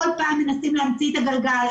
כל פעם מנסים להמציא את הגלגל.